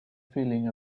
feeling